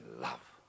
love